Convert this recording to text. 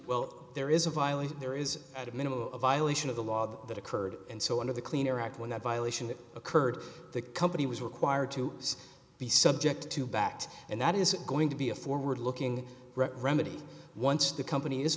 well there is a violence there is at a minimum a violation of the law that occurred and so under the clean air act when that violation occurred the company was required to be subject to backed and that is going to be a forward looking remedy once the company